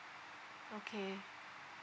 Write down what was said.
okay